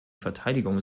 verteidigung